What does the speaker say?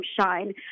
shine